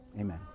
Amen